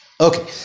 Okay